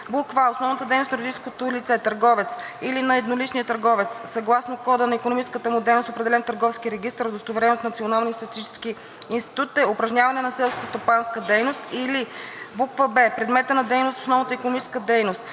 или б) предметът на дейност, основната икономическа дейност